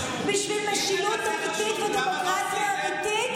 בשביל משילות אמיתית ודמוקרטיה אמיתית?